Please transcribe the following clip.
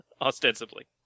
Ostensibly